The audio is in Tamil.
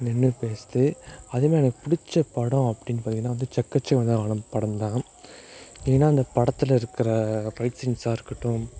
நின்று பேசுது அதேமாதிரி எனக்கு பிடிச்ச படம் அப்படின்னு பார்த்திங்கன்னா வந்து செக்க சிவந்த வானம் படம் தான் ஏன்னா அந்த படத்தில் இருக்கிற ஃபைட் சீன்ஸாக இருக்கட்டும்